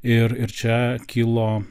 ir ir čia kilo